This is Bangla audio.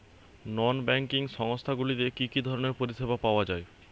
নন ব্যাঙ্কিং সংস্থা গুলিতে কি কি ধরনের পরিসেবা পাওয়া য়ায়?